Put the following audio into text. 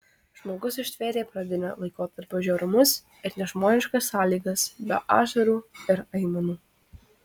žmogus ištvėrė pradinio laikotarpio žiaurumus ir nežmoniškas sąlygas be ašarų ir aimanų